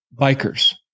bikers